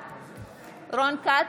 בעד רון כץ,